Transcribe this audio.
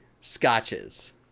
scotches